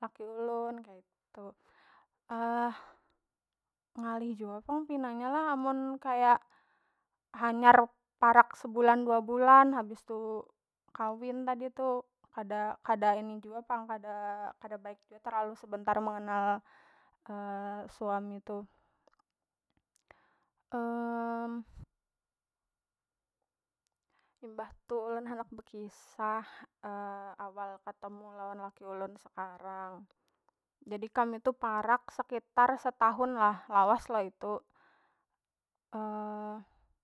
laki ulun kaitu ngalih jua pang pina nya lah amun kaya hanyar parak sebulan dua bulan habis tu kawin tadi tu kada- kada ini jua pang kada baik jua terlalu sebentar mengenal suami tu. Imbah tu ulun handak bekisah awal ketemu lawan laki ulun sekarang jadi kami tu parak sekitar setahun lah lawas lo itu.